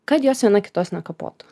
kad jos viena kitos nekapotų